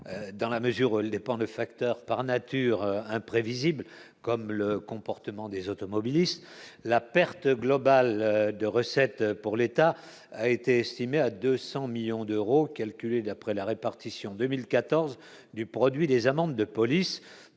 dans la mesure où elle dépend de facteurs par nature imprévisible comme le comportement des automobilistes, la perte globale de recettes pour l'État, a été estimé à 200 millions d'euros quelques d'après la répartition 2014 du produit des amendes de police